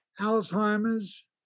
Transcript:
Alzheimer's